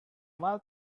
while